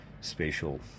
spatial